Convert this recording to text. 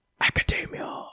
academia